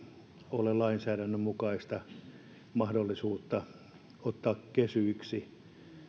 ole lainsäädännön mukaan mahdollisuutta ottaa kesyiksi